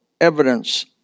Evidence